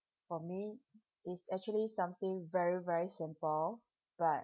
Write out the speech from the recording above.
for me it's actually something very very simple but